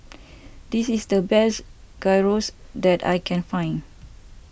this is the best Gyros that I can find